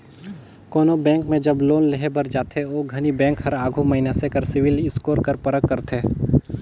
कोनो बेंक में जब लोन लेहे बर जाथे ओ घनी बेंक हर आघु मइनसे कर सिविल स्कोर कर परख करथे